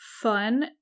fun